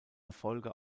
erfolge